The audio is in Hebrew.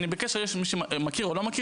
ומי שמכיר או לא,